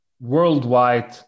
worldwide